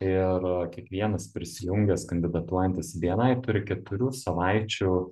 ir kiekvienas prisijungęs kandidatuojantis į bni turi keturių savaičių